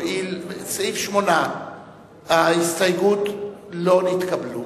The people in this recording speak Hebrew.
הואיל ולסעיף 8 ההסתייגויות לא נתקבלו,